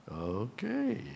Okay